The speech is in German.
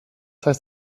heißt